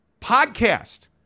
podcast